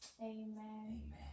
Amen